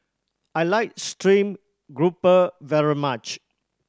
I like stream grouper very much